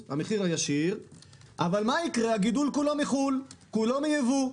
אלא שהגידול כולו יהיה מיבוא מחו"ל.